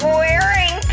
wearing